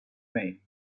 mig